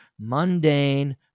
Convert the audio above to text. mundane